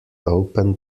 open